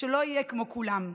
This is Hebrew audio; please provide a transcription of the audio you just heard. שלא אהיה כמו כולם,